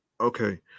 okay